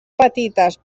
petites